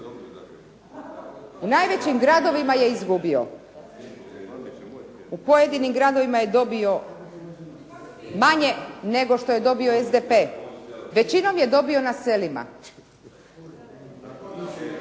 U najvećim gradovima je izgubio. U pojedinim gradovima je dobio manje nego što je dobio SDP. Većinom je dobio na selima. … /Upadica se ne